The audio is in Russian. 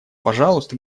пожалуйста